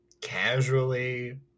casually